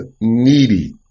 needy